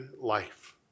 life